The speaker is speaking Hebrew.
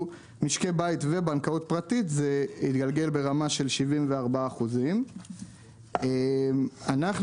משקי בית ובנקאות פרטית זה התגלגל ברמה של 74%. אנחנו